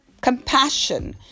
compassion